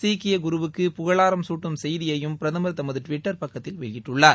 சீக்கிய குருவுக்கு புகழாரம் சூட்டும் செய்தியையும் பிரதமர் தமது டுவிட்டர் பக்கத்தில் வெளியிட்டுள்ளார்